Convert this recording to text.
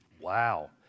Wow